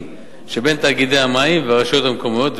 שבין תאגידי המים והרשויות המקומיות,